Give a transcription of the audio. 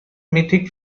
mythic